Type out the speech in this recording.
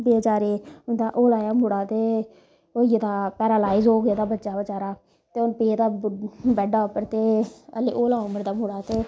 बेचारें दा ओह् ऐ मुड़ा ते होई गेदा पैरालाईज़ हो गेदा बच्चा बचैरा ते हून पेदा बैडा उप्पर ते हल्लें हौली उमर दा मुड़ा ते